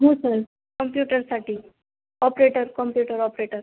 हो सर कॉम्प्युटरसाठी operator computer operator